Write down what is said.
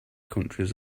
countries